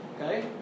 Okay